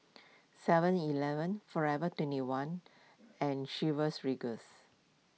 Seven Eleven forever twenty one and Chivas Regal's